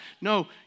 No